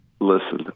Listen